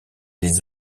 des